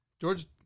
George